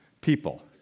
people